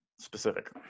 specific